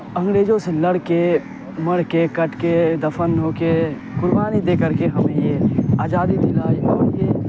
انگریزوں سے لڑ کے مر کے کٹ کے دفن ہو کے قربانی دے کر کے ہمیں یہ آزادی دلائی اور یہ